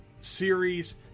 series